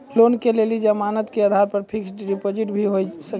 Loan के लेल जमानत के आधार पर फिक्स्ड डिपोजिट भी होय सके छै?